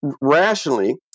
rationally